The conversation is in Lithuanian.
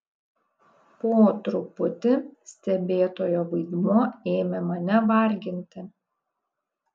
po truputį stebėtojo vaidmuo ėmė mane varginti